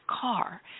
car